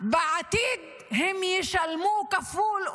בעתיד הם ישלמו כפול,